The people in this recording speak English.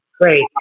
great